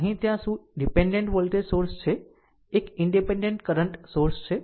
ત્યાં શું dependent voltage source છે એક ઈનડીપેનડેન્ટ કરંટ સોર્સ છે